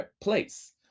place